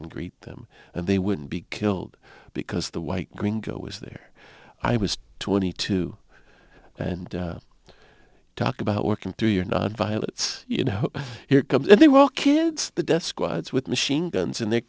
and greet them and they wouldn't be killed because the white gringo was there i was twenty two and talk about working through your nonviolence you know they were all kids the death squads with machine guns and they